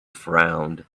frowned